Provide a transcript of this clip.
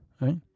right